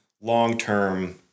long-term